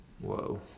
Whoa